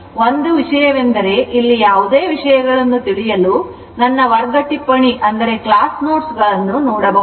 ಒಂದೇ ವಿಷಯವೆಂದರೆ ಇಲ್ಲಿ ಯಾವುದೇ ವಿಷಯಗಳನ್ನು ತಿಳಿಯಲು ನನ್ನ ವರ್ಗ ಟಿಪ್ಪಣಿಗಳನ್ನು ನೋಡಬಹುದು